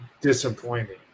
disappointing